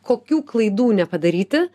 kokių klaidų nepadaryti